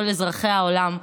כל אזרחי העולם,